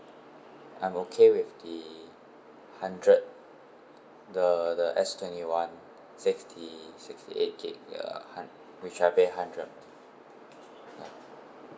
I'm okay with the hundred the the S twenty one sixty sixty eight gig ya hund~ which I pay hundred ya